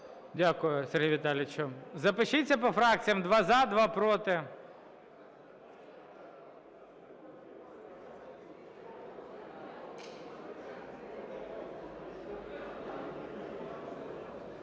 Дякую, Сергію Віталійовичу. Запишіться по фракціях: два - "за", два – "проти".